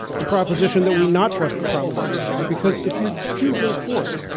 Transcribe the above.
the proposition that we not trust the promise of ai, because if you do vote for it,